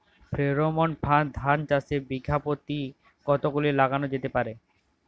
Pheromone ফাঁদ ধান চাষে বিঘা পতি কতগুলো লাগানো যেতে পারে?